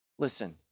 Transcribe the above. Listen